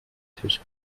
tisch